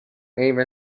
even